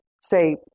say